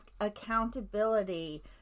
accountability